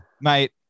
mate